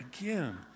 again